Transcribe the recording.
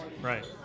Right